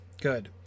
good